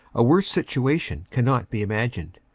a worse situation cannot be imagined.